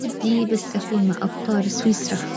ودي بس اكون مع ابقار سويسرا